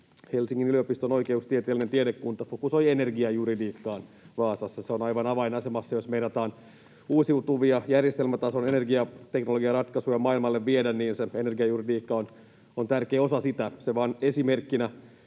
Helsingin yliopiston oikeustieteellinen tiedekunta fokusoi energiajuridiikkaan Vaasassa. Se on aivan avainasemassa: jos meinataan uusiutuvia järjestelmätason energiateknologiaratkaisuja maailmalle viedä, energiajuridiikka on tärkeä osa sitä. Se vain esimerkkinä